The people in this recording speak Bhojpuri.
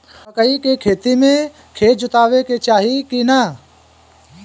मकई के खेती मे खेत जोतावे के चाही किना?